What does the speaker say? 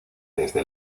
desde